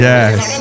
Yes